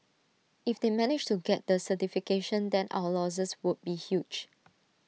if they managed to get the certification then our losses would be huge